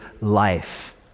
life